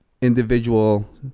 individual